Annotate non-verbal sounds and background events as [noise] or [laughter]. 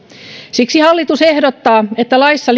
siksi hallitus ehdottaa että laissa [unintelligible]